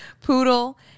poodle